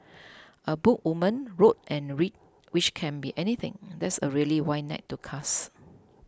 a book woman wrote and read which can be anything that's a really wide net to cast